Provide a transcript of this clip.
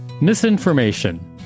Misinformation